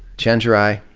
chenjerai,